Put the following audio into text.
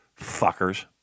fuckers